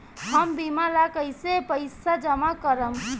हम बीमा ला कईसे पईसा जमा करम?